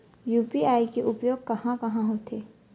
UPI के उपयोग कहां कहा होथे?